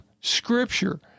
Scripture